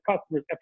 customers